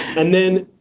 and then,